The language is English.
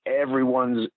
everyone's